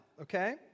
okay